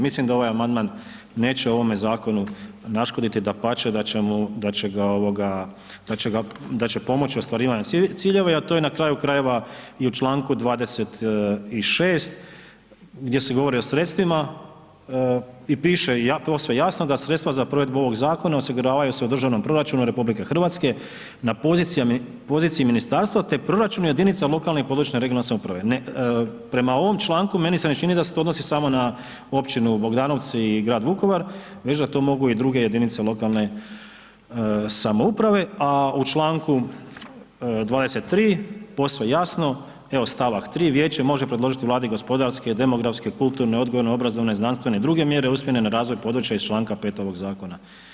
Mislim da ovaj amandman neće ovome zakonu naškoditi, dapače da će mu, da će ga ovoga, da će ga, da će pomoći ostvarivanju ciljeva, a to je na kraju krajeva i u čl. 26. gdje se govori o sredstvima i piše posve jasno da sredstva za provedbu ovog zakona osiguravaju se u državnom proračunu RH na poziciji ministarstva, te proračunu jedinica lokalne i područne regionalne samouprave ne, prema ovom članku meni se ne čini da se to odnosi samo na općinu Bogdanovci i grad Vukovar već da to mogu i druge jedinice lokalne samouprave, a u čl. 23. posve jasno, evo st. 3. vijeće može predložiti Vladi gospodarske, demografske, kulturne, odgojno obrazovne, znanstvene i druge mjere usmjerene na razvoj područja iz čl. 5. ovog zakona.